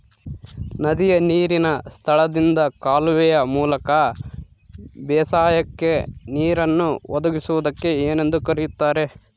ನದಿಯ ನೇರಿನ ಸ್ಥಳದಿಂದ ಕಾಲುವೆಯ ಮೂಲಕ ಬೇಸಾಯಕ್ಕೆ ನೇರನ್ನು ಒದಗಿಸುವುದಕ್ಕೆ ಏನೆಂದು ಕರೆಯುತ್ತಾರೆ?